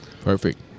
Perfect